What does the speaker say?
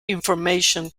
information